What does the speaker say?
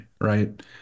right